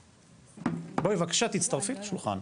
--- בואי, בבקשה, תצטרפי לשולחן.